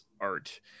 art